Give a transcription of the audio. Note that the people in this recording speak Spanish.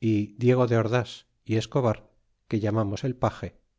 y diego de ords y escobar que llamábamos el page